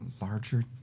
larger